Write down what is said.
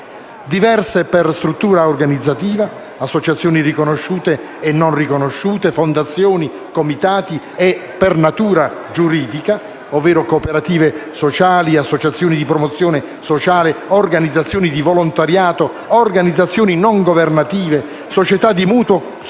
Diverse per struttura organizzativa (associazioni riconosciute e non, fondazioni, comitati) e per natura giuridica (cooperative sociali, associazioni di promozione sociale, organizzazioni di volontariato, organizzazioni non governative, società di mutuo soccorso